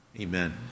Amen